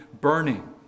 burning